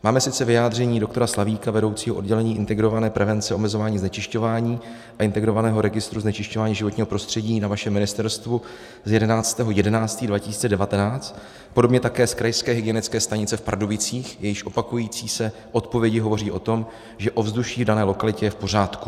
Máme sice vyjádření doktora Slavíka, vedoucího oddělení integrované prevence omezování znečišťování a integrovaného registru znečišťování životního prostředí na vašem ministerstvu, z 11. 11. 2019, podobně také z Krajské hygienické stanice v Pardubicích, jejíž opakující se odpovědi hovoří o tom, že ovzduší v dané lokalitě je v pořádku.